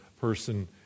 person